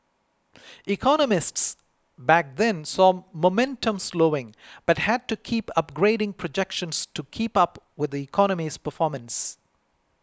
economists back then saw momentum slowing but had to keep upgrading projections to keep up with the economy's performance